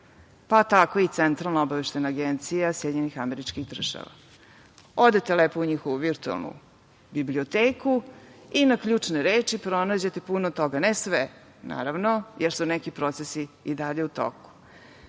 Tako i Centralna obaveštajna agencija SAD. Odete lepo u njihovu virtuelnu biblioteku i na ključne reči pronađete puno toga. Ne sve, naravno, jer su neki procesi i dalje u toku.